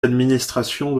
d’administration